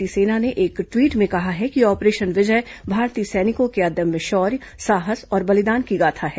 भारतीय सेना ने एक ट्वीट में कहा है कि ऑपरेशन विजय भारतीय सैनिकों के अदम्य शौर्य साहस और बलिदान की गाथा है